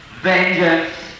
vengeance